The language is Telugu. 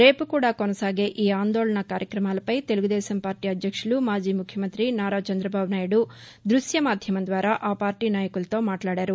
రేపు కూడా కొనసాగే ఈ ఆందోళనా కార్యక్రమాలపై తెలుగుదేశం పార్టీ అధ్యక్షుడు మాజీ ముఖ్యమంతి నారా చంద్రబాబు నాయుడు దృశ్య మాధ్యమం ద్వారా ఆ పార్టీ నాయకులతో మాట్లాడారు